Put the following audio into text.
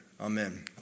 Amen